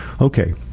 Okay